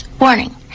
Warning